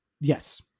yes